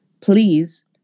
please